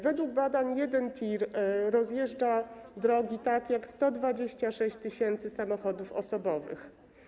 Według badań jeden TIR rozjeżdża drogi tak jak 126 tys. samochodów osobowych.